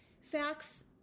facts